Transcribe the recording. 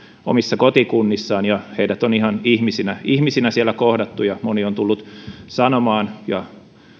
omassa kotikunnassaan ja heidät on ihan ihmisinä ihmisinä siellä kohdattu moni on tullut sanomaan ja